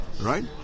right